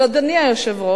אבל, אדוני היושב-ראש,